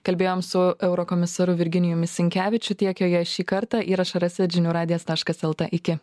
kalbėjom su eurokomisaru virginijumi sinkevičiu tiek joje šį kartą įrašą rasit žinių radijas taškas eltė iki